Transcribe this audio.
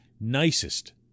nicest